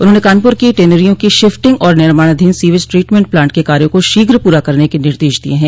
उन्होंने कानपुर की टेनरियों की शिफ्टिंग और निर्माणाधीन सीवेज ट्रीटमेंट प्लांट के कार्यो को शीघ्र पूरा करने के निर्देश दिये हैं